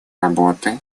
работы